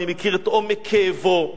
אני מכיר את עומק כאבו.